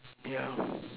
yeah